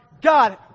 God